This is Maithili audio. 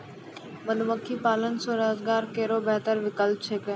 मधुमक्खी पालन स्वरोजगार केरो बेहतर विकल्प छिकै